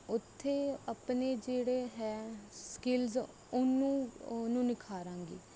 ਉੱਥੇ ਆਪਣੇ ਜਿਹੜੇ ਹੈ ਸਕਿਲਜ਼ ਉਹਨੂੰ ਉਹਨੂੰ ਨਿਖਾਰਾਂਗੀ